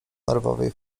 nerwowej